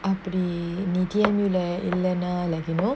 அப்டி நீ:apdi nee theeyamiyu lah இல்லனா:illanaa like you know